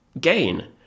gain